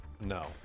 no